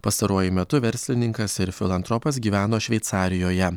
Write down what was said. pastaruoju metu verslininkas ir filantropas gyveno šveicarijoje